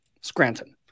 Scranton